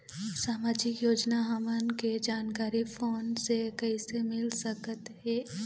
सामाजिक योजना हमन के जानकारी फोन से कइसे मिल सकत हे?